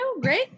Great